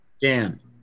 Dan